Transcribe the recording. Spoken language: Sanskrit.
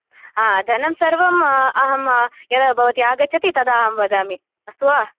आम् धनं सर्वम् अहं यदा भवती आगच्छति तदा अहं वदामि अस्तु वा